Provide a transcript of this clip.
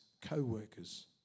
co-workers